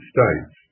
States